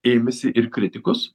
ėmėsi ir kritikos